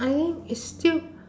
I think it's still